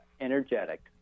energetic